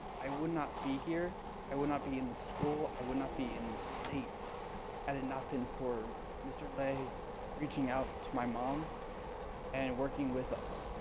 i would not be here i would not be in the school i would not be in the state had it not been for mr. lai reaching out to my mom and working with us.